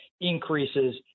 increases